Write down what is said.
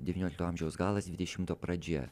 devyniolikto amžiaus galas dvidešimto pradžia